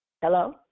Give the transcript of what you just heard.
Hello